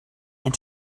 and